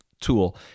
tool